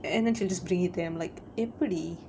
and then she just bring it there I'm like எப்புடி:eppudi